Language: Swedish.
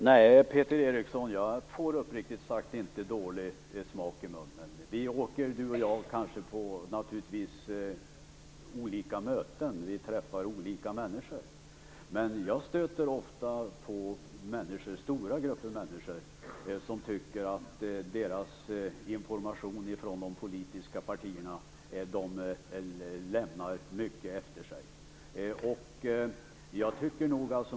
Herr talman! Nej, Peter Eriksson, uppriktigt sagt får jag inte dålig smak i munnen. Vi båda är kanske av naturliga skäl på olika möten och träffar olika människor. Jag stöter ofta på stora grupper som tycker att den information som de fått från de politiska partierna lämnar mycket efter sig.